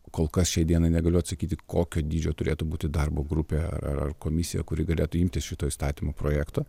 kol kas šiai dienai negaliu atsakyti kokio dydžio turėtų būti darbo grupė ar ar komisija kuri galėtų imtis šito įstatymo projekto